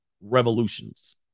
revolutions